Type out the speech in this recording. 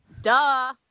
Duh